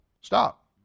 stop